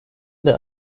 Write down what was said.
der